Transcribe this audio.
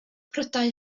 prydau